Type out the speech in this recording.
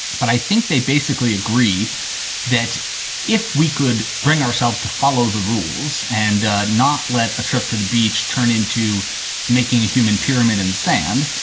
but i think they basically agree that if we could bring ourselves to follow the rules and not let a trip to the beach turn into making a human pyramid in sand,